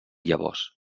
llavors